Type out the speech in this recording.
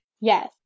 yes